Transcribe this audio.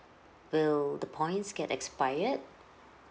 will the points get expired